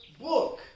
book